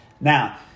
Now